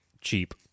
cheap